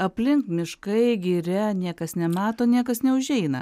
aplink miškai giria niekas nemato niekas neužeina